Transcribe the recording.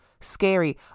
scary